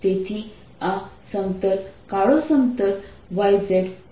તેથી આ સમતલ કાળો સમતલ y z સમતલ તરીકે લેવામાં આવશે